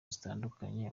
zitandukanye